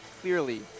clearly